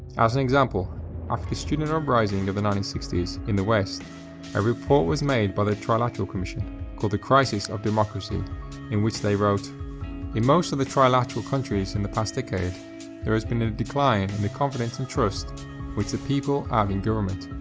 as an example after the student um uprising of the nineteen sixty s in the west a report was made by the trilateral commission called the crisis of democracy in which they wrote in most of the trilateral countries in the past decade there has been a decline in the confidence and trust which the people ah have in government,